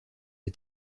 est